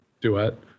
duet